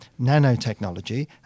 nanotechnology